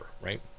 right